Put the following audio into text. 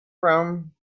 round